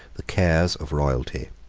the cares of royalty,